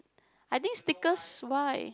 I think stickers why